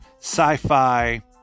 sci-fi